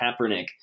Kaepernick